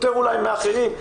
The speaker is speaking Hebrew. אולי יותר מאחרים,